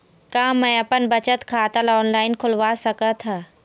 का मैं अपन बचत खाता ला ऑनलाइन खोलवा सकत ह?